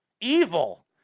evil